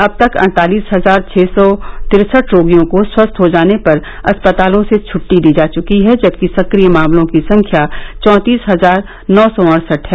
अब तक अड़तालीस हजार छः सौ तिरसठ रोगियों को स्वस्थ हो जाने पर अस्पतालों से छुट्टी दी जा चुकी है जबकि सक्रिय मामलों की संख्या चाँतीस हजार नौ सौ अड़सठ है